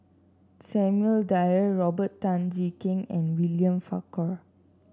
Samuel Dyer Robert Tan Jee Keng and William Farquhar